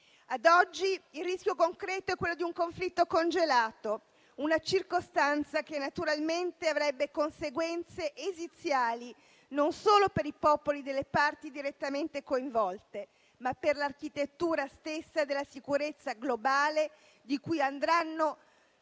Ad oggi, il rischio concreto è quello di un conflitto congelato, una circostanza che naturalmente avrebbe conseguenze esiziali non solo per i popoli delle parti direttamente coinvolte, ma anche per l'architettura stessa della sicurezza globale, di cui andranno